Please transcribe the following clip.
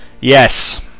Yes